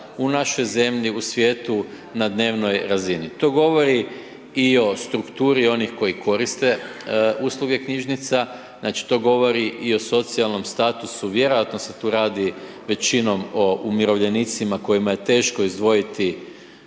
u našoj zemlji, u svijetu, na dnevnoj razini. To govori i o strukturi onih koji koriste usluge knjižnica, to govori i o socijalnom statusu, vjerojatno se tu radi većinom o umirovljenicima kojima je teško izdvojiti